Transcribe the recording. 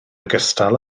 ogystal